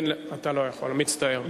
אתה לא יכול, מצטער.